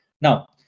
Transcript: Now